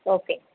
okay